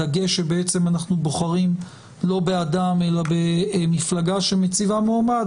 הדגש שאנחנו בוחרים לא באדם אלא במפלגה שמציבה מועמד,